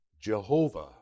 Jehovah